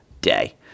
day